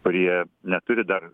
kurie neturi dar